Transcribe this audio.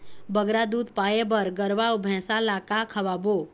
बगरा दूध पाए बर गरवा अऊ भैंसा ला का खवाबो?